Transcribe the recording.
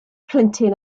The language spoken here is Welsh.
plentyn